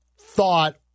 thought